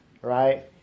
Right